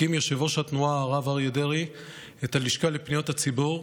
הקים יושב-ראש התנועה הרב אריה דרעי את הלשכה לפניות הציבור,